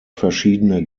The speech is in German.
verschiedene